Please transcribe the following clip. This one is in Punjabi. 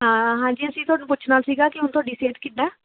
ਹਾਂ ਹਾਂਜੀ ਅਸੀਂ ਤੁਹਾਨੂੰ ਪੁੱਛਣਾ ਸੀਗਾ ਕਿ ਹੁਣ ਤੁਹਾਡੀ ਸਿਹਤ ਕਿੱਦਾਂ